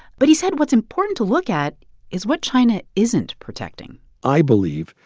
but he said what's important to look at is what china isn't protecting i believe,